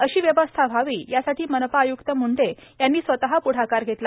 अशी व्यवस्था व्हावी यासाठी मनपा आय्क्त त्काराम म्ंढे यांनी स्वतः प्ढाकार घेतला